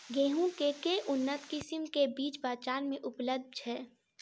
गेंहूँ केँ के उन्नत किसिम केँ बीज बजार मे उपलब्ध छैय?